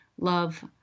love